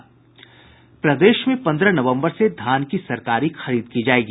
प्रदेश में पन्द्रह नवम्बर से धान की सरकारी खरीद की जायेगी